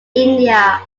india